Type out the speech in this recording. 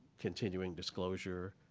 continuing disclosure